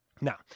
now